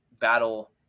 battle